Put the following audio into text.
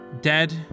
dead